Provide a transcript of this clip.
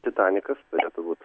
titanikas turėtų būt